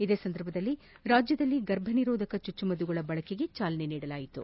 ಇದೇ ಸಂದರ್ಭದಲ್ಲಿ ರಾಜ್ಯದಲ್ಲಿ ಗರ್ಭನಿರೋಧಕ ಚುಚ್ಚುಮದ್ದು ಬಳಕೆಗೆ ಚಾಲನೆ ನೀಡಲಾಯಿತು